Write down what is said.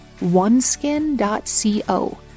oneskin.co